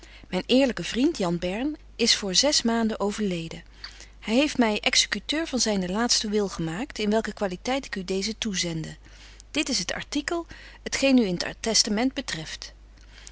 myn eerlyke vriend jan bern is voor zes maanden overleden hy heeft my executeur van zynen laatsten wil gemaakt in welke qualiteit ik u deezen toezende dit is het artikel t geen u in het testament betreft